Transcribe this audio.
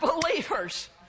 believers